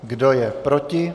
Kdo je proti?